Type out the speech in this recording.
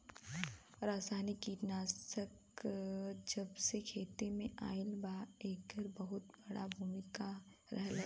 रासायनिक कीटनाशक जबसे खेती में आईल बा येकर बहुत बड़ा भूमिका रहलबा